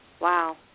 Wow